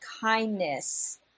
kindness